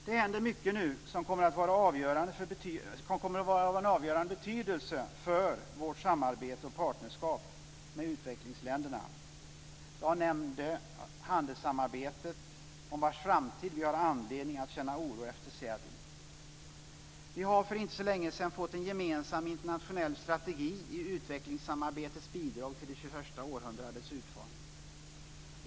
Det händer mycket nu som kommer att vara av avgörande betydelse för vårt samarbete och partnerskap med utvecklingsländerna. Jag nämnde handelssamarbetet om vars framtid vi har anledning att känna oro efter Seattle. Vi har för inte så länge sedan fått en gemensam internationell strategi i utvecklingssamarbetets bidrag till det 21:a århundradets utformning.